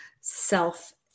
self-